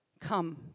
come